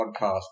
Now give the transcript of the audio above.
podcast